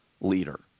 leader